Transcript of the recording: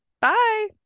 bye